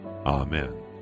Amen